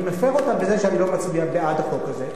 אני מפר אותה בזה שאני לא מצביע בעד החוק הזה,